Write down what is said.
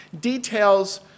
details